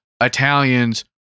Italians